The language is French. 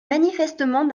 manifestement